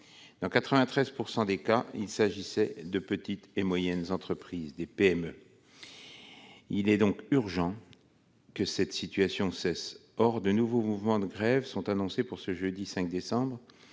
Dans 93 % des cas, il s'agissait de petites et moyennes entreprises. Il est donc urgent que cette situation cesse. Or de nouveaux mouvements de grève sont annoncés pour jeudi prochain,